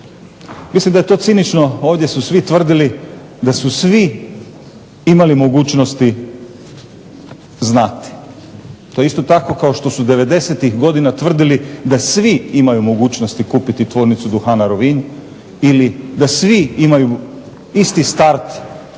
Mislim da je to cinično, ovdje su svi tvrdili da su svi imali mogućnosti znati. To je isto tako kao što su devedesetih godina tvrdili da svi imaju mogućnosti kupiti Tvornicu duhana Rovinj ili da svi imaju isti start postati